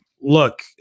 look